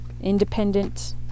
Independent